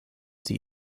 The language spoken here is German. sie